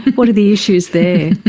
what are the issues there?